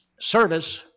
Service